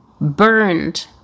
burned